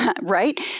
right